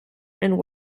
and